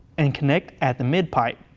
and connect at the mid-pipe.